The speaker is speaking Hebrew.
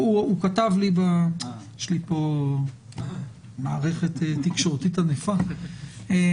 הוא כתב לי יש לי פה מערכת תקשורתית ענפה,